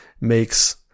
makes